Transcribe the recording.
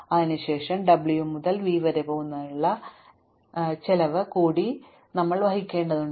അതിനുശേഷം w മുതൽ v വരെ പോകുന്നതിനുള്ള ചിലവ് കൂടി ഞങ്ങൾ വഹിക്കേണ്ടതുണ്ട്